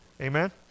Amen